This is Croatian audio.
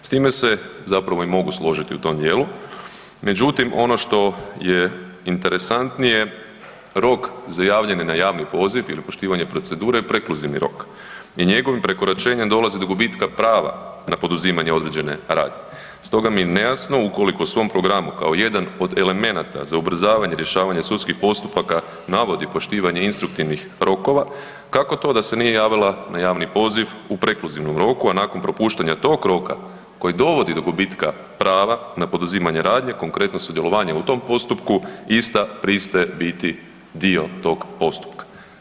S time se zapravo i mogu složiti u tom dijelu, međutim ono što je interesantnije rok za javljanje na javni poziv jer je poštivanje procedure prekluzivni rok i njegovim prekoračenjem dolazi do gubitka prava na poduzimanje određene radnje, stoga mi je nejasno ukoliko u svom programu kao jedan od elemenata za ubrzavanje rješavanje sudskih postupaka navodi poštivanje instruktivnih rokova, kako to da se nije javila na javni poziv u prekluzivnom roku, a nakon propuštanja tog roka koji dovodi do gubitka prava na poduzimanje radnje, konkretno sudjelovanje u tom postupku, ista pristaje biti dio tog postupka.